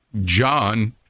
John